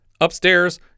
upstairs